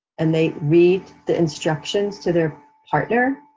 and they read the instructions to their partner,